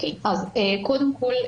קודם כל,